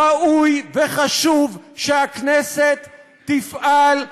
ראוי וחשוב שהכנסת תפעל,